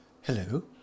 Hello